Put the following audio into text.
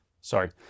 sorry